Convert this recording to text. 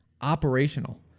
operational